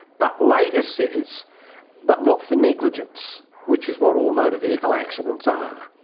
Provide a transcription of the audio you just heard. but later says but not for negligence, which is what all motor vehicle accidents are.